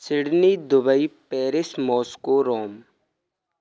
Sydney Dubai Paris Moscow Rome